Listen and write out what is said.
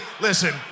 Listen